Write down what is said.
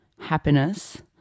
happiness